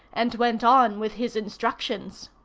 and went on with his instructions.